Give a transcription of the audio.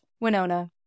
Winona